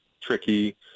tricky